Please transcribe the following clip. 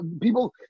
people